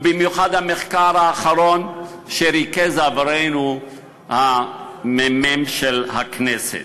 ובמיוחד למחקר האחרון שריכז עבורנו הממ"מ של הכנסת.